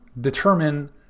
determine